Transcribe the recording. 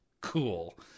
cool